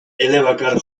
elebakar